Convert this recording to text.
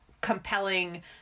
compelling